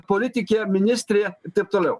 politikė ministrė taip toliau